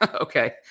Okay